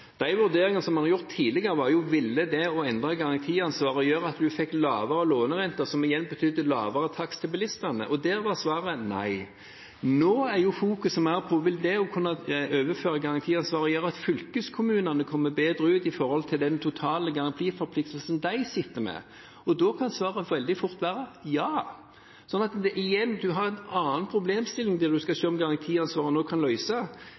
De vurderingene som en har gjort tidligere, var om en skulle gjøre noe med garantiansvaret, slik at en fikk lavere lånerente, som igjen betydde lavere takst for bilistene. Der var svaret nei. Nå fokuseres det mer på å overføre garantiansvaret, og det gjør at fylkeskommunene kommer bedre ut når det gjelder den totale garantiforpliktelsen de har. Da kan svaret veldig fort bli ja. Så igjen, en har en annen problemstilling der en skal se på hva garantiansvaret kan